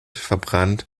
verbannt